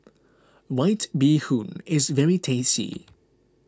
White Bee Hoon is very tasty